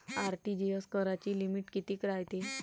RTGS कराची limit कितीक रायते?